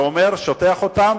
שוטח אותם,